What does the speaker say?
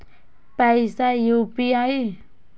पैसा यू.पी.आई?